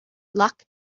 luck